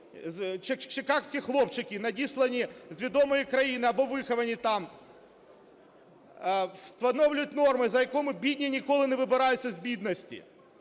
чиказькі хлопчики, надіслані з відомої країни або виховані там, встановлюють норми, за якими бідні ніколи не вибираються з бідності,